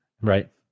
Right